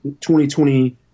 2020